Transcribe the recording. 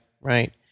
right